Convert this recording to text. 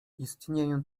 istnieję